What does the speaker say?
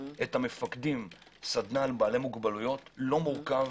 את המפקדים סדנה על בעלי מוגבלויות לא מורכב.